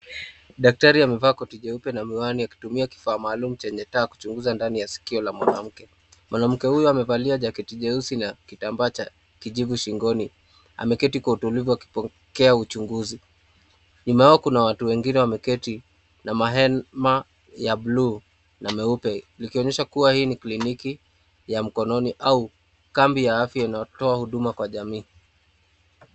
Daktari amevaa koti jeupe na miwani akitumia kifaa maalum chenye taa kuchunguza ndani ya sikio la mwanamke. Mwanamke huyo amevaa jaketi jeusi na kitambaa cha kijivu shingoni. Ameketi kwa utulivu akipokea uchunguzi. Nyuma yao kuna watu wengine wameketi na mahema ya blue na meupe, likionyesha kuwa hii ni kliniki ya mkononi au kambi ya afya inayotoa huduma kwa jamii.